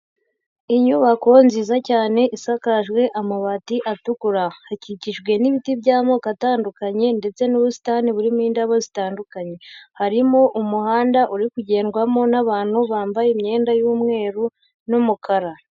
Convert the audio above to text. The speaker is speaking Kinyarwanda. Inyubako nziza cyane isakajwe amabati atukura. Hakikijwe n'ibiti by'amoko atandukanye ndetse n'ubusitani burimo indabo zitandukanye. Harimo umuhanda uri kugendwamo n'abantu bambaye imyenda y'umweru n'umukara.